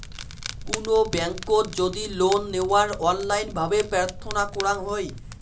কুনো ব্যাংকোত যদি লোন নেওয়ার অনলাইন ভাবে প্রার্থনা করাঙ হই